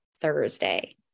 Thursday